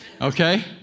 Okay